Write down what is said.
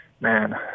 man